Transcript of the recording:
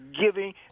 giving